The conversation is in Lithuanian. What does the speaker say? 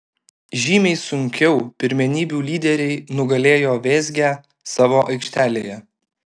žymiai sunkiau pirmenybių lyderiai nugalėjo vėzgę savo aikštelėje